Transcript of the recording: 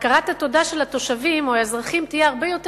הכרת התודה של התושבים או האזרחים תהיה רבה יותר